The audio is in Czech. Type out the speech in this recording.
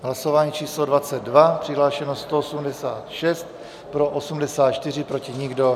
Hlasování číslo 22, přihlášeno 186, pro 84, proti nikdo.